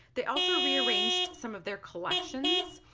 they also rearranged some of their collections.